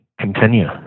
continue